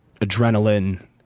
adrenaline